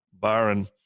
Byron